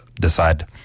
decide